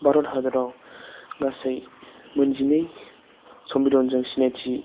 भारत हादराव गासै मोन जिनै समबिदनजों सिनायथि